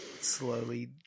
slowly